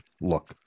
Look